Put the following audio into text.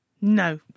No